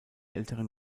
älteren